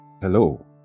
Hello